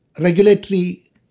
regulatory